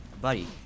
buddy